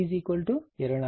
ఇది సమాధానం